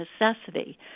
necessity